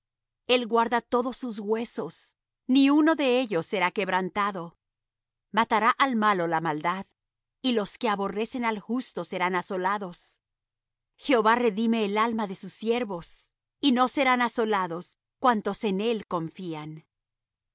el guarda todos sus huesos ni uno de ellos será quebrantado matará al malo la maldad y los que aborrecen al justo serán asolados jehová redime el alma de sus siervos y no serán asolados cuantos en él confían